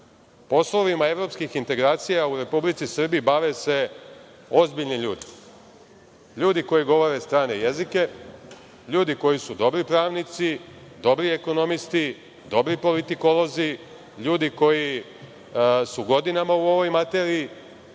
poslovima evropske integracije u Republici Srbiji bave se ozbiljni ljudi, ljudi koji govore strane jezike, ljudi koji su dobri pravnici, dobri ekonomisti, dobri politikolozi, ljudi koji su godinama u ovoj materiji,